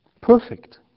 Perfect